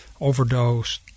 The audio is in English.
overdose